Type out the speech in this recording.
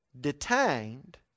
Detained